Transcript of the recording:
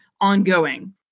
ongoing